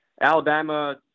Alabama